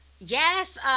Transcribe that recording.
Yes